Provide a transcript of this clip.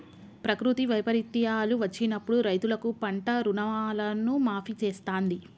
ప్రకృతి వైపరీత్యాలు వచ్చినప్పుడు రైతులకు పంట రుణాలను మాఫీ చేస్తాంది